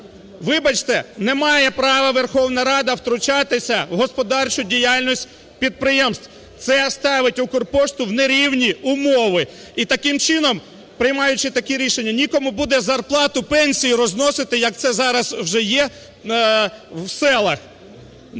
Вибачте, не має права Верховна Рада втручатися в господарчу діяльність підприємств. Це ставить "Укрпошту" в нерівні умови. І таким чином, приймаючи такі рішення, нікому буде зарплату, пенсію розносити, як це зараз вже є в селах.